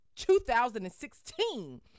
2016